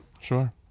Sure